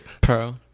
Pro